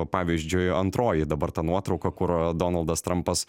pavyzdžiui antroji dabar ta nuotrauka kur donaldas trumpas